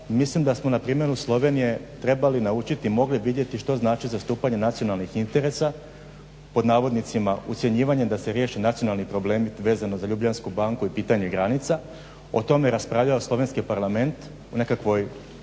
mislim da smo na primjeru Slovenije trebali naučiti, mogli vidjeti što znači zastupanje nacionalnih interesa pod navodnicima ucjenjivanje da se riješi nacionalni problemi vezano za ljubljansku banku i pitanje granica. O tome raspravljamo Slovenski parlament u nekakvoj